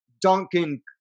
Duncan